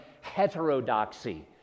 heterodoxy